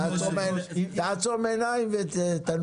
תעצום עיניים ותנוח.